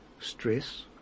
Stress